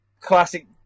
classic